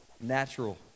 natural